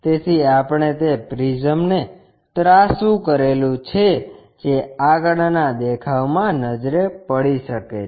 તેથી આપણે તે પ્રિઝમ ને ત્રાસું કરેલું છે જે આગળના દેખાવમાં નજરે પડી શકે છે